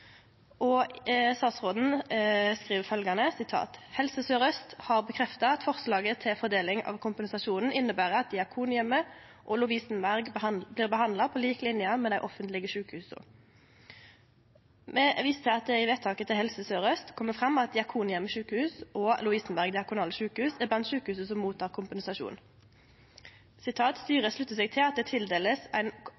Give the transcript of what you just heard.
og statsråden skriv: «Helse Sør-Øst RHF har bekreftet at forslaget til fordeling av kompensasjonen innebærer at Diakonhjemmet og Lovisenberg behandles på lik linje med de offentlige sykehusene.» Me viser at det i vedtaket til Helse Sør-Øst kjem fram at Diakonhjemmet Sykehus og Lovisenberg Diakonale Sykehus er blant sjukehusa som mottar kompensasjon: